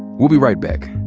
we'll be right back.